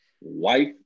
wife